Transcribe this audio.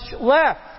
left